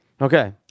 Okay